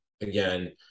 again